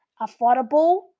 affordable